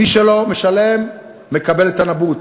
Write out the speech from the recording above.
מי שלא משלם מקבל את הנבוט,